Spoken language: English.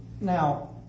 Now